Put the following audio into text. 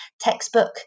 textbook